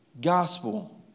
gospel